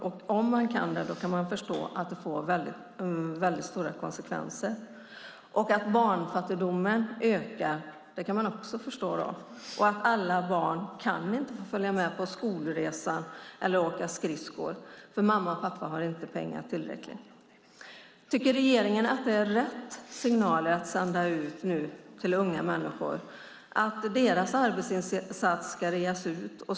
För dem som kan det förstår man att det får väldigt stora konsekvenser. Att barnfattigdomen ökar kan man också förstå. Alla barn kan inte få följa med på skolresa eller åka skridskor eftersom mamma och pappa inte har tillräckligt med pengar. Tycker regeringen att det är rätt signal att sända ut till unga människor att deras arbetsinsats ska reas ut?